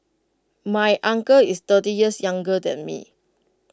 my uncle is thirty years younger than me